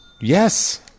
Yes